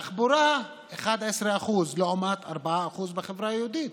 תחבורה, 11% לעומת 4% בחברה היהודית,